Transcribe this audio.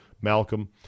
Malcolm